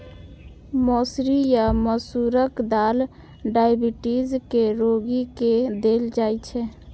मौसरी या मसूरक दालि डाइबिटीज के रोगी के देल जाइ छै